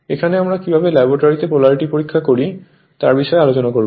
এখানে আমরা কিভাবে ল্যাবটরিতে পোলারিটি পরীক্ষা করি তার বিষয়ে আলোচনা করব